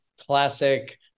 classic